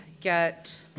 get